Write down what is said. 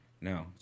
No